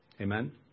Amen